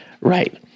Right